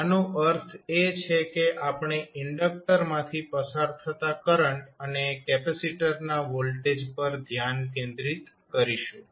આનો અર્થ એ છે કે આપણે ઇન્ડક્ટરમાંથી પસાર થતા કરંટ અને કેપેસિટરના વોલ્ટેજ પર ધ્યાન કેન્દ્રિત કરીશું